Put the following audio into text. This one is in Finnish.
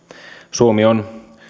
suomi on